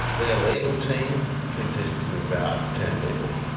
their legal team consisted of about ten people.